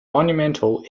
monumental